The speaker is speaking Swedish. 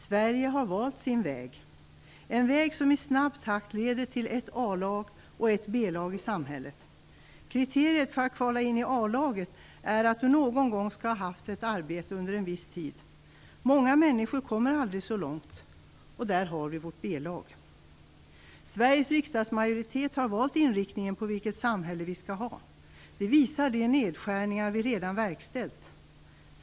Sverige har valt sin väg - en väg som i snabb takt leder till ett A-lag och ett B-lag i samhället. Kriteriet för att kvala in i A-laget är att man någon gång skall ha haft ett arbete under en viss tid. Många människor kommer aldrig så långt, och där har vi vårt B-lag. Sveriges riksdagsmajoritet har valt vilken inriktning vårt samhälle skall ha. Det visar de nedskärningar vi redan verkställt.